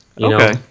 Okay